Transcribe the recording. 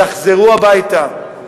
תחזרו הביתה,